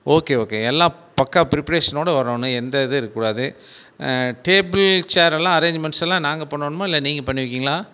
okay okay எல்லா பக்கா ப்ரிப்பிரேஷனோட வரணும் எந்த இது இருக்க கூடாது டேபிள் சேர் எல்லாம் அரேஞ்மெண்ட்ஸ் எல்லாம் நாங்கள் பண்ணணுமா இல்லை நீங்கள் பண்ணுவிங்கிங்களா